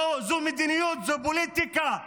זו מדיניות, זו פוליטיקה,